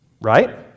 Right